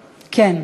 כן.